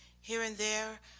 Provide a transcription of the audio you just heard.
here and there,